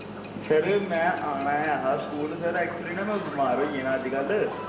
sir में आना ऐ हा स्कूल सर ऐकचुली में ना बमार होई दा अजकल्ल